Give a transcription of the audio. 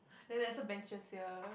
then there's also benches here